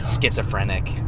schizophrenic